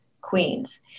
Queens